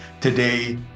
today